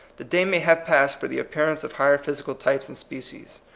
the day may have passed for the appearance of higher physi cal typeb and species.